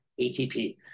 ATP